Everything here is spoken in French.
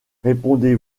répondez